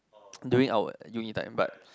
during our uni time but